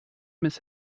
miss